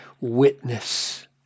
witness